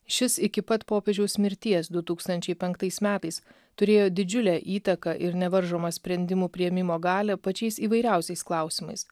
šis iki pat popiežiaus mirties du tūkstančiai penktais metais turėjo didžiulę įtaką ir nevaržomą sprendimų priėmimo galią pačiais įvairiausiais klausimais